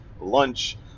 lunch